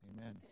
Amen